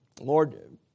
Lord